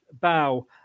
bow